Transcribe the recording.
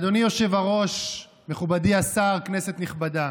אדוני היושב-ראש, מכובדי השר, כנסת נכבדה,